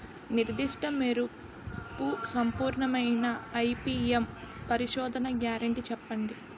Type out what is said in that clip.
నిర్దిష్ట మెరుపు సంపూర్ణమైన ఐ.పీ.ఎం పరిశోధన గ్యారంటీ చెప్పండి?